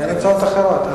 אין הצעות אחרות.